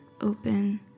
open